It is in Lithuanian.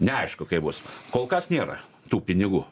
neaišku kaip bus kol kas nėra tų pinigų